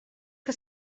que